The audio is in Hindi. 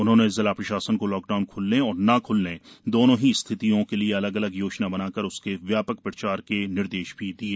उन्होंने जिला प्रषासन को लॉकडाउन खुलने और न ख्लने दोनों ही स्थिति के लिए अलग अलग योजना बनाकर उसके व्या क प्रचार के निर्देष भी दिए